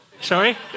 Sorry